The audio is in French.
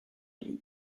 league